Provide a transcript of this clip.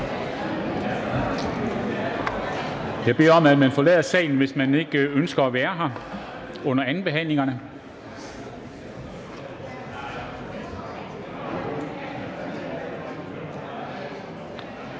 Jeg beder om, at man forlader salen, hvis ikke man ønsker at være her under andenbehandlingerne.